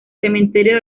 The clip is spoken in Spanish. cementerio